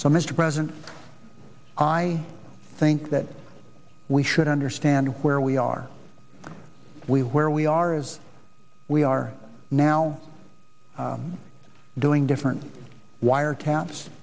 so mr president i think that we should understand where we are we where we are as we are now doing different wire